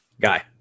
Guy